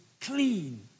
clean